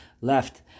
left